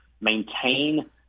maintain